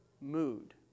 mood